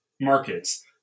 markets